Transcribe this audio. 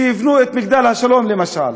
שיבנו את "מגדל שלום", למשל,